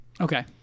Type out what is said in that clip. Okay